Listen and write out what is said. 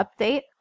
update